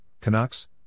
Canucks